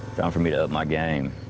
um for me to up my game.